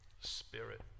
Spirit